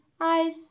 eyes